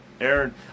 Aaron